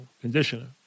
conditioner